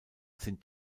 sind